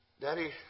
daddy